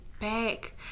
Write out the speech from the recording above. back